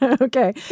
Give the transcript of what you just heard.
Okay